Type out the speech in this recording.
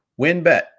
WinBet